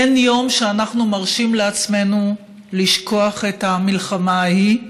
אין יום שאנחנו מרשים לעצמנו לשכוח את המלחמה ההיא.